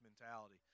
mentality